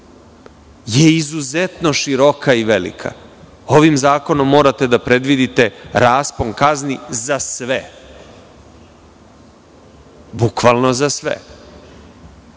je izuzetno široka i velika. Ovim zakonom morate da predvidite raspon kazni za sve, bukvalno za